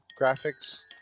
graphics